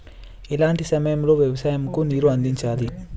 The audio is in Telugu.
ఎలాంటి సమయం లో వ్యవసాయము కు నీరు అందించాలి?